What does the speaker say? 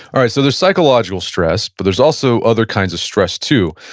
right, so there's psychological stress, but there's also other kinds of stress too,